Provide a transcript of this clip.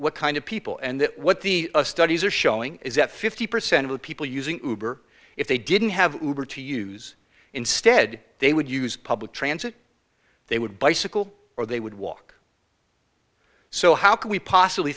what kind of people and what the studies are showing is that fifty percent of the people using if they didn't have to use instead they would use public transit they would bicycle or they would walk so how could we possibly